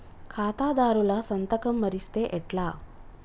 ఖాతాదారుల సంతకం మరిస్తే ఎట్లా?